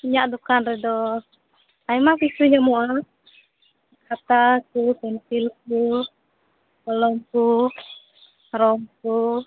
ᱤᱧᱟᱹᱜ ᱫᱚᱠᱟᱱ ᱨᱮᱫᱚ ᱟᱭᱢᱟ ᱠᱤᱪᱷᱩ ᱧᱟᱢᱚᱜᱼᱟ ᱠᱷᱟᱛᱟ ᱠᱚ ᱯᱮᱱᱥᱤᱞ ᱠᱚ ᱠᱚᱞᱚᱢ ᱠᱚ ᱨᱚᱝ ᱠᱚ